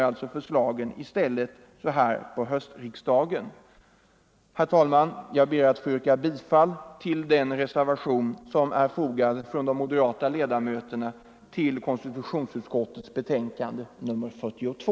Jag ber, herr talman, att få yrka bifall till den reservation som de moderata ledamöterna fogat till konstitutionsutskottets betänkande nr 42.